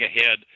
ahead